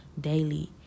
daily